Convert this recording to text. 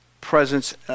presence